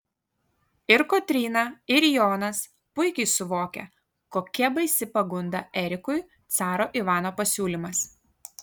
ir kotryna ir jonas puikiai suvokia kokia baisi pagunda erikui caro ivano pasiūlymas